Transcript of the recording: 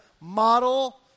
model